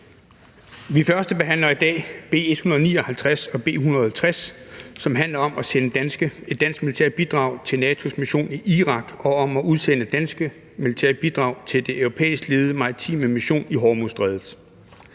Vi førstebehandler i dag B 159 og B 160, som handler om at sende et dansk militært bidrag til NATO's mission i Irak og om at udsende et dansk militært bidrag til den europæisk ledede maritime mission i Hormuzstrædet.